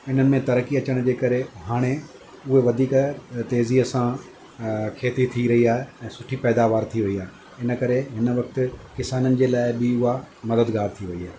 इन्हनि में तरक़ी अचण जे करे हाणे उहे वधीक तेज़ीअ सां खेती थी रही आहे ऐं सुठी पैदावार थी रही आहे इनकरे हिन वक़्तु किसाननि जे लाइ बि उहा मददगार थी वेई आहे